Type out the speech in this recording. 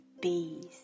bees